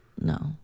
no